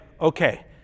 okay